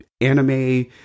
anime